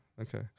Okay